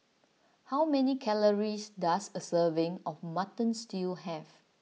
how many calories does a serving of Mutton Stew have